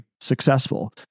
successful